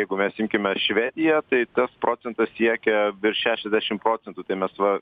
jeigu mes imkime švediją tai tas procentas siekia virš šešiasdešim procentų tai mes va